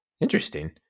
interesting